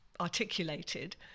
articulated